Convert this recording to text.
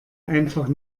einfach